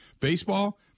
Baseball